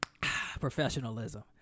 Professionalism